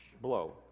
blow